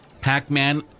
Pac-Man